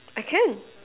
I can